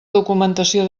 documentació